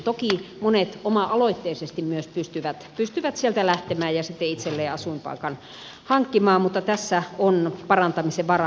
toki monet oma aloitteisesti myös pystyvät sieltä lähtemään ja sitten itselleen asuinpaikan hankkimaan mutta tässä on parantamisen varaa